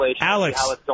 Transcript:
Alex